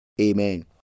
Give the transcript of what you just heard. Amen